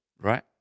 right